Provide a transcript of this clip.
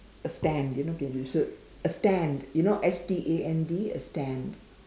a stand you know can you saw a stand you know S T A N D a stand